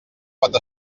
pot